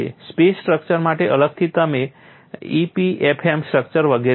space structure માટે અલગથી તેમજ EPFM સ્ટ્રક્ચર્સ વગેરે માટે